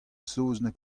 saozneg